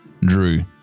Drew